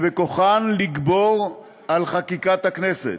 שבכוחן לגבור על חקיקת הכנסת.